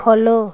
follow